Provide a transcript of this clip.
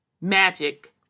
magic